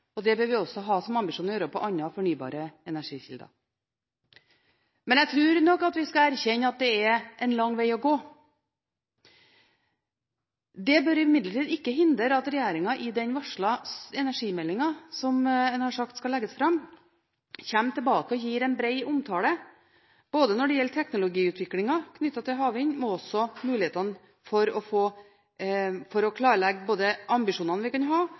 og det bør vi også ha som ambisjon å gjøre på andre fornybare energikilder. Men jeg tror nok at vi skal erkjenne at det er en lang veg å gå. Det bør imidlertid ikke hindre at regjeringen i den varslede energimeldingen, som en har sagt skal legges fram, kommer tilbake og gir en bred omtale når det gjelder teknologiutviklingen knyttet til havvind, men også mulighetene for å klarlegge ambisjonene vi kan ha,